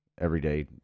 everyday